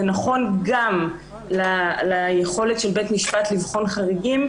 זה נכון גם ליכולת של בית משפט לבחון חריגים,